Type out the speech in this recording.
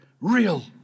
real